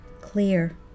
Clear